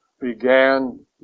began